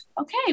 okay